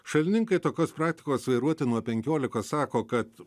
šalininkai tokios praktikos vairuoti nuo penkiolikos sako kad